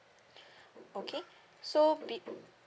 okay so be